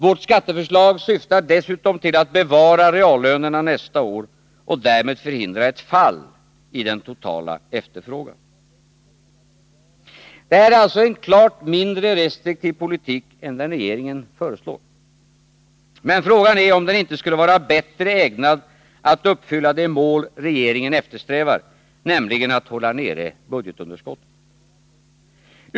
Vårt skatteförslag syftar dessutom till att bevara reallönerna nästa år och därmed förhindra ett fall i den totala efterfrågan. Detta är alltså en klart mindre restriktiv politik än den regeringen föreslår. Men frågan är om den inte skulle vara bättre ägnad att uppfylla det mål regeringen eftersträvar, nämligen att hålla nere budgetunderskottet.